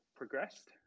progressed